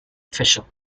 official